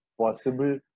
possible